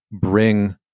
bring